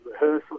rehearsal